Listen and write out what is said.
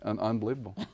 Unbelievable